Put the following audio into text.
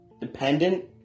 dependent